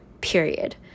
period